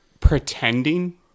pretending